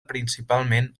principalment